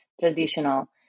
traditional